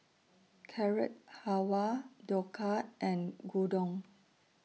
Carrot Halwa Dhokla and Gyudon